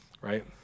right